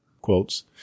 Quotes